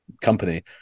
company